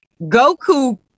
Goku